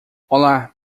olá